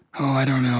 i don't